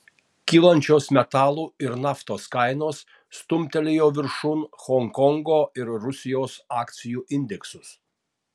kylančios metalų ir naftos kainos stumtelėjo viršun honkongo ir rusijos akcijų indeksus